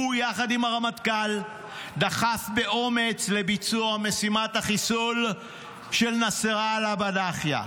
הוא יחד עם הרמטכ"ל דחף באומץ לביצוע משימת החיסול של נסראללה בדאחייה.